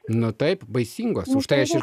na taip baisingos užtai aš ir